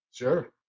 Sure